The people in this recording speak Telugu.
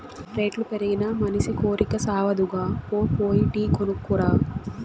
రేట్లు పెరిగినా మనసి కోరికి సావదుగా, పో పోయి టీ కొనుక్కు రా